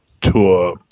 tour